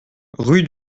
rue